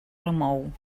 remou